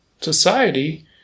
society